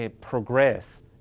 progress